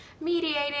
mediating